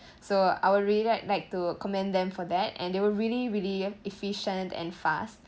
so I would really like to commend them for that and they were really really efficient and fast